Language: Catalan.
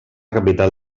capital